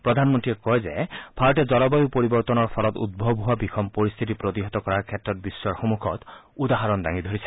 প্ৰধানমন্ত্ৰীয়ে কয় যে ভাৰতে জলবায়ু পৰিৱৰ্তনৰ ফলত উদ্ভৱ হোৱা বিষম পৰিস্থিতি প্ৰতিহত কৰাৰ ক্ষেত্ৰত বিশ্বৰ সন্মুখত উদাহৰণ দাঙি ধৰিছে